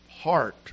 heart